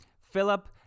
Philip